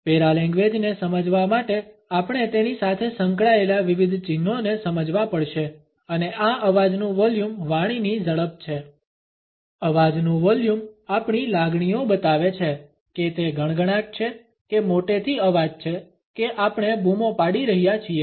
પેરાલેંગ્વેજને સમજવા માટે આપણે તેની સાથે સંકળાયેલા વિવિધ ચિહ્નોને સમજવા પડશે અને આ અવાજનુ વોલ્યુમ વાણીની ઝડપ છે અવાજનુ વોલ્યુમ આપણી લાગણીઓ બતાવે છે કે તે ગણગણાટ છે કે મોટેથી અવાજ છે કે આપણે બૂમો પાડી રહ્યા છીએ